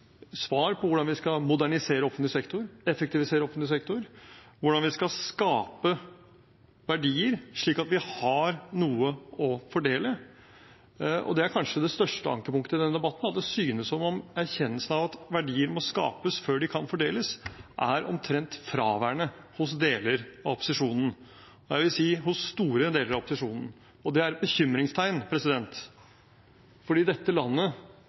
svar på hvordan vi skal modernisere og effektivisere offentlig sektor, hvordan vi skal skape verdier, slik at vi har noe å fordele. Det er kanskje det største ankepunktet i denne debatten at det synes som om erkjennelsen av at verdier må skapes før de kan fordeles, er omtrent fraværende hos deler av opposisjonen – jeg vil si hos store deler av opposisjonen. Det er et bekymringstegn, fordi den velferden vi har, er faktisk basert på at det skapes verdier i dette landet,